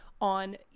on